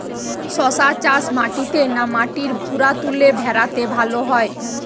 শশা চাষ মাটিতে না মাটির ভুরাতুলে ভেরাতে ভালো হয়?